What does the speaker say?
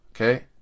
Okay